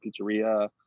pizzeria